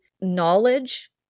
knowledge